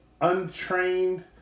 untrained